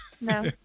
No